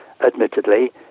admittedly